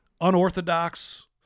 unorthodox